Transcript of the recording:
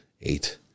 eight